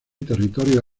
territorios